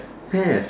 have